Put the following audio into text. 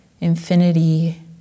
infinity